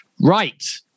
Right